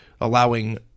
allowing